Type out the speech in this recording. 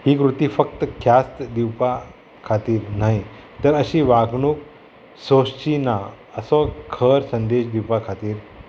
ही कृती फक्त ख्यास्त दिवपा खातीर न्हय तर अशी वागणूक सोंसची ना असो खर संदेश दिवपा खातीर